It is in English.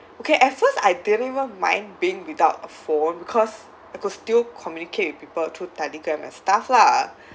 okay at first I didn't even mind being without a phone because I could still communicate with people through Telegram and stuff lah